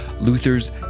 Luther's